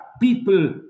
people